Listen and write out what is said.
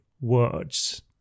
words